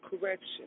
correction